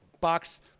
Box